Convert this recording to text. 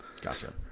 Gotcha